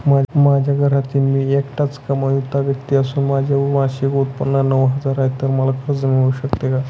माझ्या घरातील मी एकटाच कमावती व्यक्ती असून माझे मासिक उत्त्पन्न नऊ हजार आहे, तर मला कर्ज मिळू शकते का?